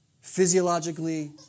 physiologically